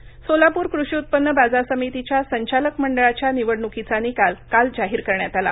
निवडणूक सोलापूर कृषि उत्पन्न बाजार समितीच्या संचालक मंडळाच्या निवडणूकीचा निकाल काल जाहीर करण्यात आला